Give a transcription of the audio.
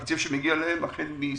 התקציב שמגיע להם, החל מספטמבר.